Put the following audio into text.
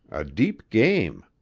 a deep game.